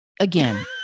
again